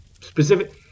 specific